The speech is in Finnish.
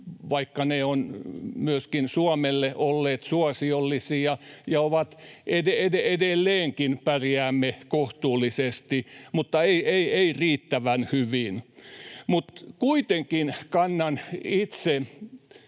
vaikka ne ovat myöskin Suomelle olleet suosiollisia ja ovat edelleenkin, pärjäämme kohtuullisesti, mutta ei riittävän hyvin, mutta kuitenkin kannan itse